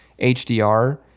HDR